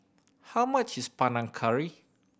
how much is Panang Curry